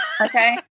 Okay